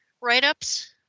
write-ups